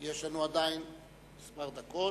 כי יש לנו עדיין כמה דקות.